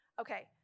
Okay